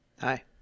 hi